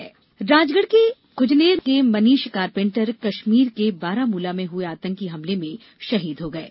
राजगढ शहीद राजगढ़ के खुजनेर के मनीष कारपेंटर कश्मीर के बारामूला में हुए आतंकी हमले में शहीद हो गये